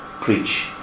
preach